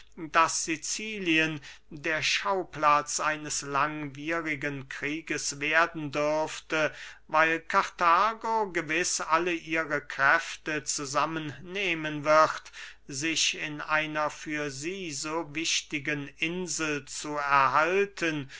daß sicilien der schauplatz eines langwierigen krieges werden dürfte weil karthago gewiß alle ihre kräfte zusammennehmen wird sich in einer für sie so wichtigen insel zu erhalten